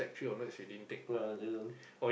no I didn't